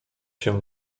się